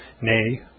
nay